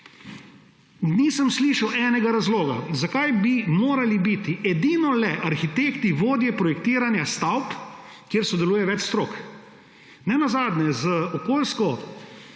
Nisem slišal enega razloga, zakaj bi morali biti edinole arhitekti vodje projektiranja stavb, kjer sodeluje več strok. Ne nazadnje gremo z okoljsko